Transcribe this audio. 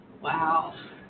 Wow